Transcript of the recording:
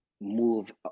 move